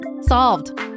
solved